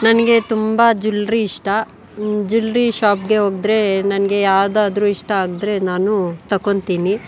ನನಗೆ ತುಂಬ ಜ್ಯುಲ್ರಿ ಇಷ್ಟ ಜ್ಯುಲ್ರಿ ಶಾಪ್ಗೆ ಹೋದ್ರೆ ನನಗೆ ಯಾವ್ದಾದ್ರೂ ಇಷ್ಟ ಆದರೆ ನಾನು ತೊಗೋತೀನಿ